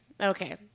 Okay